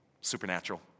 supernatural